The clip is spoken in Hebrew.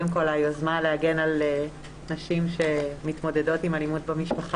היוזמה להגן על נשים שמתמודדות עם אלימות במשפחה